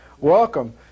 welcome